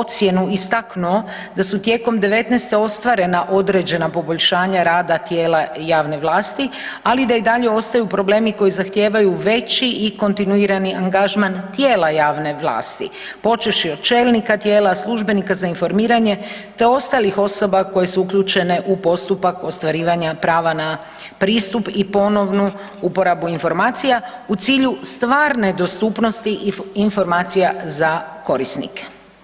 ocjenu istaknu da su tijekom 2019.ostvarena određena poboljšanja rada tijela javne vlasti, ali da dalje ostaju problemi koji zahtijevaju veći i kontinuirani angažman tijela javne vlasti, počevši od čelnika tijela, službenika za informiranje te ostalih osoba koje su uključene u postupak ostvarivanja prava na pristup i ponovnu uporabu informacija u cilju stvarne dostupnosti informacija za korisnike.